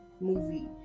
movie